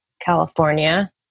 California